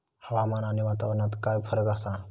हवामान आणि वातावरणात काय फरक असा?